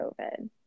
COVID